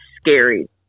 scary